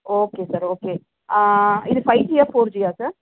okay sir okay இது ஃபைஜியா ஃபோர்ஜியா சார்